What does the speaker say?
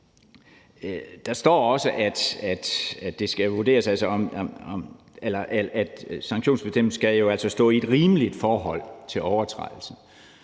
Der står også, at sanktionen skal stå i et rimeligt forhold til overtrædelsen.